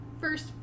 first